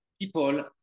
people